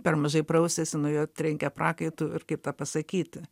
per mažai prausiasi nuo jo trenkia prakaitu ir kaip tą pasakyti